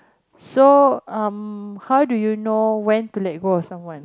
so um how do you know when to let go someone